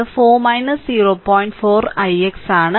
4 ix ആണ്